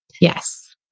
Yes